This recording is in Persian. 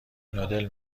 نودل